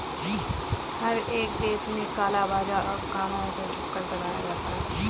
हर एक देश में काला बाजार को कानून से छुपकर चलाया जाता है